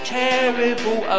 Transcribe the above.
terrible